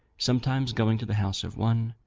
sometimes going to the house of one,